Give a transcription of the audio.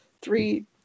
three